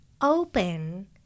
open